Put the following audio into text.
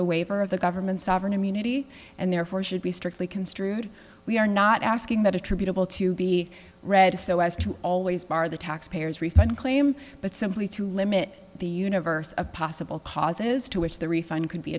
a waiver of the government's sovereign immunity and therefore should be strictly construed we are not asking that attributable to be read so as to always bar the tax payers refund claim but simply to limit the universe of possible causes to which the refund